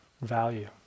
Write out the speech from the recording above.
value